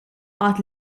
għad